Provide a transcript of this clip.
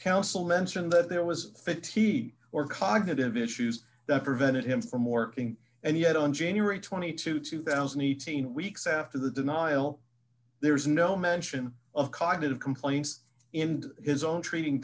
counsel mention that there was fifty or cognitive issues that prevented him from or king and yet on january twenty two two thousand and eighteen weeks after the denial there was no mention of cognitive complaints in his own treating